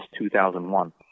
2001